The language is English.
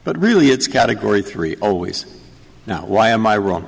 but really it's category three always now why am i wrong